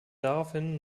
daraufhin